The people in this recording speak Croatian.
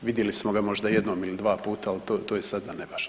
Vidjeli smo ga možda jednom ili dva puta, ali to je sada nevažno.